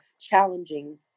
challenging